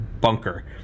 bunker